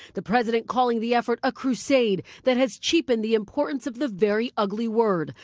the president calling the effort a crusade that has cheapened the importance of the very ugly word.